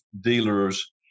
dealers